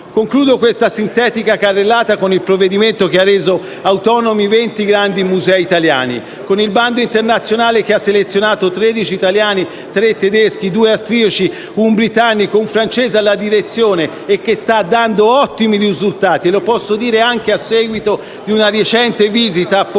Concludo questa sintetica carrellata con il provvedimento che ha reso autonomi 20 grandi musei italiani, con il bando internazionale che ha selezionato 13 italiani, tre tedeschi, due austriaci, un britannico e un francese alla loro direzione e che sta dando ottimi risultati: lo posso dire anche a seguito della recente visita, svolta